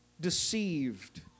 deceived